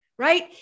right